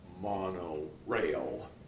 monorail